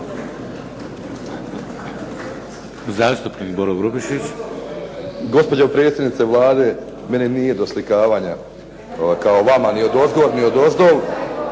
**Grubišić, Boro (HDSSB)** Gospođo predsjednice Vlade meni nije do slikavanja kao vama ni odozgo ni odozdo.